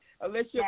Alicia